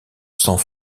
sang